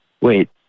wait